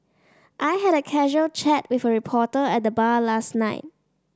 I had a casual chat with a reporter at the bar last night